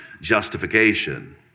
justification